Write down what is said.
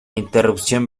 interrupción